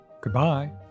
Goodbye